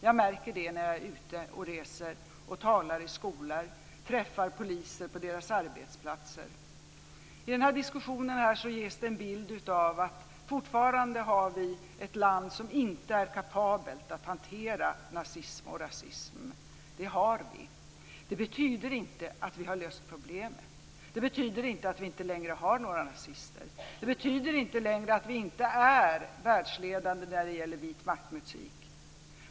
Jag märker det när jag är ute och reser och talar i skolor och träffar poliser på deras arbetsplatser. I denna diskussion ges det en bild av att vårt land fortfarande inte är kapabelt att hantera nazism och rasism. Det kan vi. Det betyder inte att vi har löst problemet. Det betyder inte att vi inte längre har några nazister. Det betyder inte att vi inte längre är världsledande när det gäller vitmaktmusik.